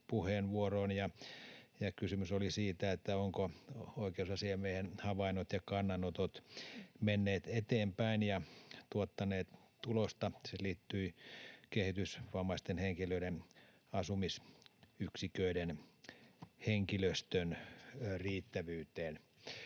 puheenvuoroon. Kysymys oli siitä, ovatko oikeusasiamiehen havainnot ja kannanotot menneet eteenpäin ja tuottaneet tulosta. Se liittyi kehitysvammaisten henkilöiden asumisyksiköiden henkilöstön riittävyyteen.